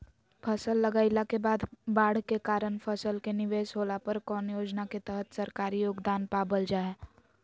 फसल लगाईला के बाद बाढ़ के कारण फसल के निवेस होला पर कौन योजना के तहत सरकारी योगदान पाबल जा हय?